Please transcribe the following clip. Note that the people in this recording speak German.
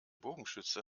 bogenschütze